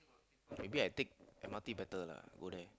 maybe I take M_R_T better lah go there